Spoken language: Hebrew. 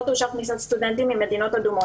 תאושר כניסת סטודנטים ממדינות אדומות.